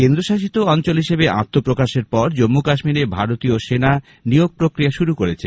কেন্দ্রশাসিত অঞ্চল হিসেবে আত্মপ্রকাশের পর জম্মু কাশ্মীরে ভারতীয় সেনা নিয়োগ প্রক্রিয়া শুরু হয়েছে